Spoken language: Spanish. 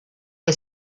que